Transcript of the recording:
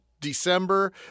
December